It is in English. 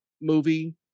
movie